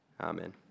amen